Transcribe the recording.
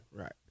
Right